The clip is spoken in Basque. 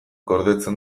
gordetzen